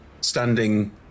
standing